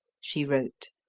she wrote,